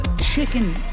Chicken